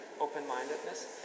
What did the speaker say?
open-mindedness